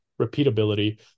repeatability